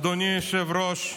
אדוני היושב-ראש,